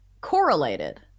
correlated